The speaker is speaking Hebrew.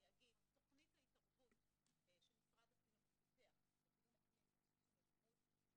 תוכנית ההתערבות שמשרד החינוך פיתח לקידום אקלים וצמצום